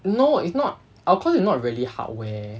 no it's not our course is not really hardware